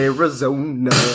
Arizona